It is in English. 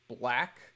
black